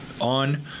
on